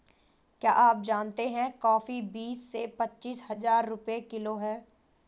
क्या आप जानते है कॉफ़ी बीस से पच्चीस हज़ार रुपए किलो है?